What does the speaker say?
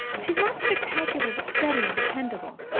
she's not spectacular, but steady and dependable.